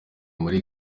muri